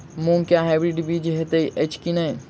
मूँग केँ हाइब्रिड बीज हएत अछि की नै?